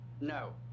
No